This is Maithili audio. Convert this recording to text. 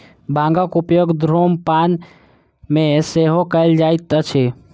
भांगक उपयोग धुम्रपान मे सेहो कयल जाइत अछि